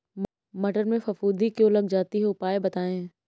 मटर में फफूंदी क्यो लग जाती है उपाय बताएं?